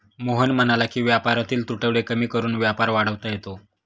मोहन म्हणाला की व्यापारातील तुटवडे कमी करून व्यापार वाढवता येतो